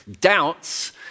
Doubts